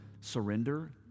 surrender